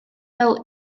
fel